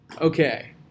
Okay